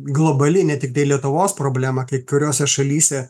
globali ne tiktai lietuvos problema kai kuriose šalyse